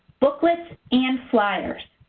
booklets and sliders.